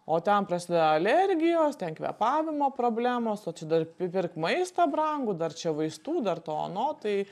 o ten prasideda alergijos ten kvėpavimo problemos o čia dar pri pirk maistą brangų dar čia vaistų dar to ano tai